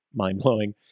mind-blowing